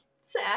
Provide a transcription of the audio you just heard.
sad